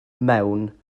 mewn